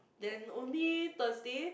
then only Thursday